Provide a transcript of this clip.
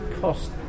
cost